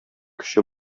көче